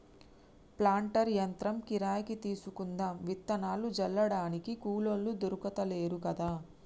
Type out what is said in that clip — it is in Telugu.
ప్లాంటర్ యంత్రం కిరాయికి తీసుకుందాం విత్తనాలు జల్లడానికి కూలోళ్లు దొర్కుతలేరు కదా